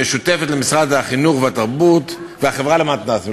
משותפת למשרד החינוך והחברה למתנ"סים,